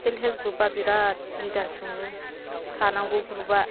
self help ग्रुपआ बिराद निदान सुङो थानांगौ ग्रुपआ